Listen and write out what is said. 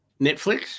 Netflix